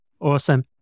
Awesome